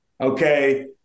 okay –